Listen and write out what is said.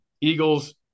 Eagles